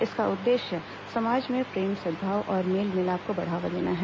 इसका उद्देश्य समाज में प्रेम सद्भाव और मेल मिलाप को बढ़ावा देना है